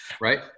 Right